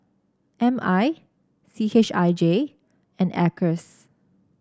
M I C H I J and Acres